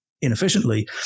inefficiently